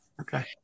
Okay